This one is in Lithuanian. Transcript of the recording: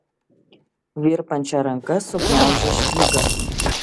virpančia ranka sugniaužė špygą